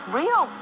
real